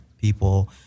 people